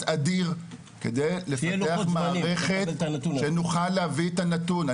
אדיר כדי לפתח מערכת שנוכל להביא את הנתון.